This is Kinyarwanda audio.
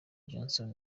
johnson